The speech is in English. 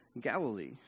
Galilee